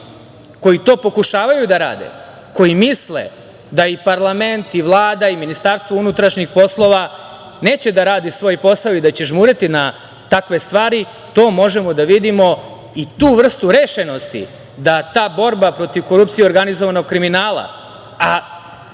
koji to pokušavaju da rade, koji misle da i parlament i Vlada i MUP, neće da rade svoj posao i da će žmuriti na takve stvari, to možemo da vidimo, i tu vrstu rešenosti da ta borba protiv korupcije i organizovanog kriminala, a